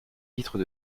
vitres